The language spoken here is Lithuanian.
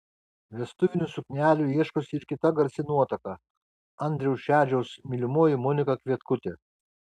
vestuvinių suknelių ieškosi ir kita garsi nuotaka andriaus šedžiaus mylimoji monika kvietkutė